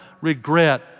regret